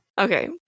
Okay